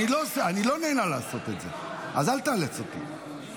אני לא נהנה לעשות את זה, אז אל תאלץ אותי.